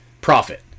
profit